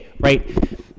right